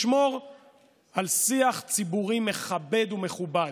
לשמור על שיח ציבורי מכבד ומכובד,